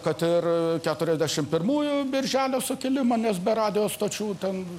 kad ir keturiasdešimt pirmųjų birželio sukilimą nes be radijo stočių ten